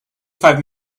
five